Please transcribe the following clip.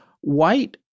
White